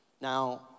Now